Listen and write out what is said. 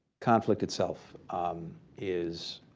conflict itself is